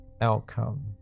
outcome